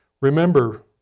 Remember